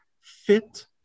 fit